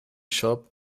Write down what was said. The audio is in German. shop